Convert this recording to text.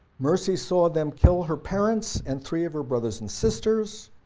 mercy saw them kill her parents and three of her brothers and sisters.